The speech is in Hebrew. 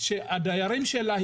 שהדיירים שלה,